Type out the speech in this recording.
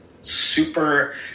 super